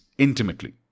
intimately